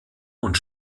und